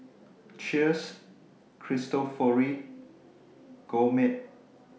Cheers Cristofori and Gourmet